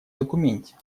документе